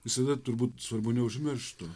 visada turbūt svarbu neužmiršt to